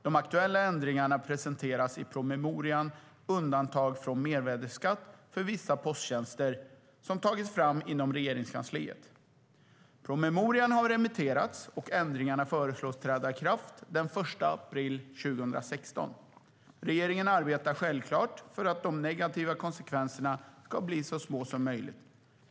De aktuella ändringarna presenteras i promemorian Undantag från mervärdesskatt för vissa posttjänster som tagits fram inom Regeringskansliet. Promemorian har remitterats, och ändringarna föreslås träda i kraft den 1 april 2016. Regeringen arbetar självklart för att de negativa konsekvenserna ska bli så små som möjligt.